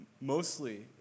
mostly